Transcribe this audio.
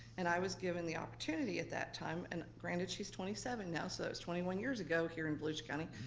and i was given the opportunity at that time, and granted, she's twenty seven now, so that was twenty one years ago here in volusia volusia county,